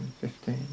fifteen